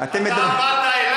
אתם, אתה באת אלי